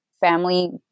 family